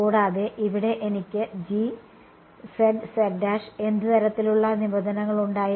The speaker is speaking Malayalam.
കൂടാതെ ഇവിടെ എനിക്ക് എന്ത് തരത്തിലുള്ള നിബന്ധനകൾ ഉണ്ടായിരുന്നു